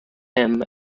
him